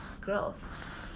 growth